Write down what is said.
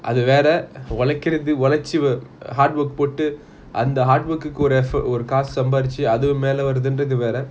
அது வேற ஆளாகிறது ஒழச்சி:athu vera olakirathu olachi hard work போட்டு அந்த:pottu antha hard work ஒரு காசு சம்பாதிச்சு அதுக்கு மேல வரதுன்றது அது வேற:oru kaasu sambathichi athuku mela varathunrathu athu vera